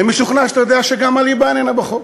אני משוכנע שאתה יודע שגם הליבה איננה בחוק.